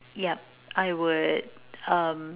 yeah I would um